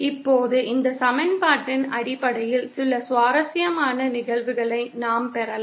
இப்போது இந்த சமன்பாட்டின் அடிப்படையில் சில சுவாரஸ்யமான நிகழ்வுகளை நாம் பெறலாம்